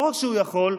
לא רק שהוא יכול,